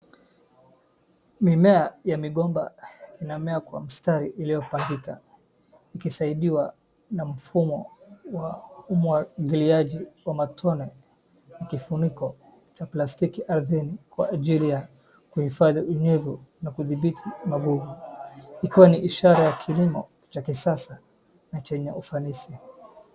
Mimea ya migomba inamea kwa mistari iliyopangika, ikisaidiwa na mfumo wa umwagiliaji wa matone , kifuniko cha plastiki ardhini kwa ajili ya kuhifadhi unyevu na kudhibiti magugu. Ikiwa ni ishara ya kilimo cha kisasa na chenye ufanisi.